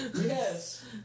yes